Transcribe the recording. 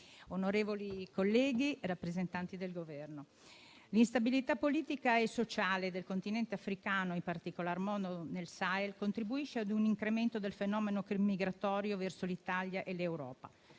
Onorevoli colleghi, rappresentanti del Governo, l'instabilità politica e sociale del continente africano, in particolar modo nel Sahel, contribuisce a un incremento del fenomeno migratorio verso l'Italia e l'Europa.